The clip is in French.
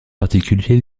particulier